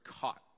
caught